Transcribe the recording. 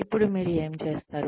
ఇప్పుడు మీరు ఏమి చేస్తారు